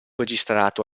registrato